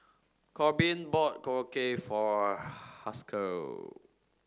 Korbin bought Korokke for Haskell